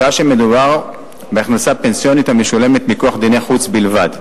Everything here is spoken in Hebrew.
שעה שמדובר בהכנסה פנסיונית המשולמת מכוח דיני חוץ בלבד,